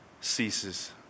ceases